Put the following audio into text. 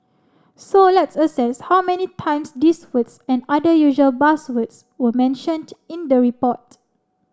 so let's assess how many times these words and other usual buzzwords were mentioned in the report